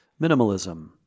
minimalism